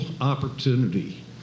opportunity